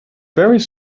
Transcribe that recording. various